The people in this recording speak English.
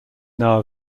now